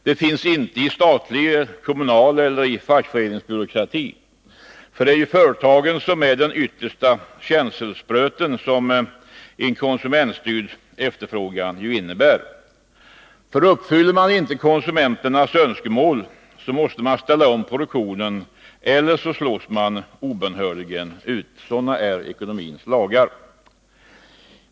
Det finns inte i statlig, kommunal eller fackföreningsbyråkrati. Företagen är de yttersta känselspröten i en konsumentstyrd efterfrågan. Uppfyller man inte konsumentens önskemål, måste man ställa om produktionen eller också slås man obönhörligen ut — sådana är ekonomins lagar.